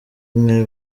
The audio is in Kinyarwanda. mwe